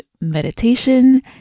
meditation